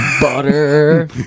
Butter